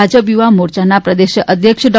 ભાજપ યુવા મોરયાના પ્રદેશઅધ્યક્ષ ડૉ